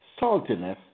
saltiness